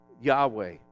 yahweh